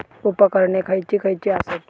उपकरणे खैयची खैयची आसत?